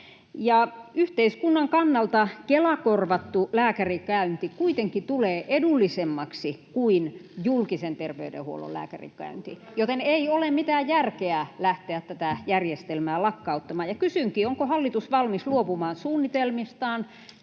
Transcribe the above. Yhteiskunnan kannalta Kela-korvattu lääkärikäynti kuitenkin tulee edullisemmaksi kuin julkisen terveydenhuollon lääkärikäynti, joten ei ole mitään järkeä lähteä tätä järjestelmää lakkauttamaan. Kysynkin: onko hallitus valmis luopumaan suunnitelmistaan